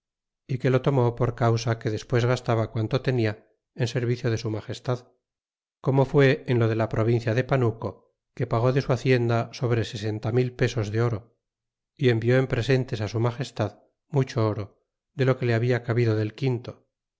é que lo tomó por causa que despues gastaba quanto tenia en servicio de su magestad como fué en lo de la provincia de panuco que pagó de su hacienda sobre peses de oro y envió en presentes a su magestad mucho oro de lo que le habia cabido del quinto